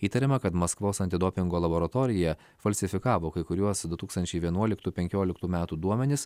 įtariama kad maskvos antidopingo laboratorija falsifikavo kai kuriuos du tūkstančiai vienuoliktų penkioliktų metų duomenis